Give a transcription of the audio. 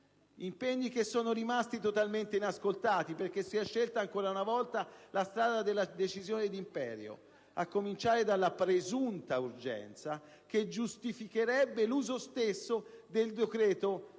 Impegni che sono rimasti totalmente inascoltati, perché si è scelta ancora una volta la strada della decisione di imperio. A cominciare dalla presunta urgenza, che giustificherebbe l'uso stesso del decreto,